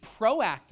proactive